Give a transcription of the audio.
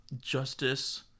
justice